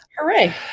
Hooray